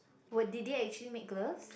well did they actually make gloves